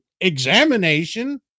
examination